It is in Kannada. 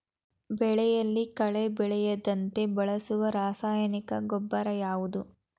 ಬೆಳೆಯಲ್ಲಿ ಕಳೆ ಬೆಳೆಯದಂತೆ ಬಳಸುವ ರಾಸಾಯನಿಕ ಗೊಬ್ಬರ ಯಾವುದು?